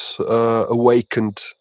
awakened